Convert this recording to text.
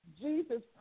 Jesus